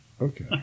Okay